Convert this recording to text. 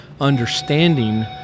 understanding